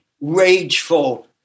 rageful